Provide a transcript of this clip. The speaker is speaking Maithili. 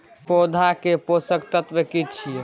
पौधा के पोषक तत्व की छिये?